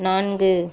நான்கு